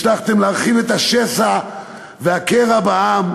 הצלחתם להרחיב את השסע והקרע בעם,